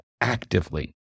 actively